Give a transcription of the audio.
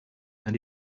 and